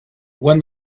when